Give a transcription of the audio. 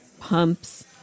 pumps